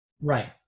Right